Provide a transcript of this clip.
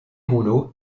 rouleau